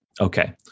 Okay